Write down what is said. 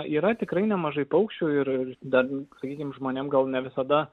yra tikrai nemažai paukščių ir dar sakykim žmonėm gal ne visada